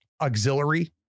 auxiliary